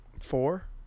Four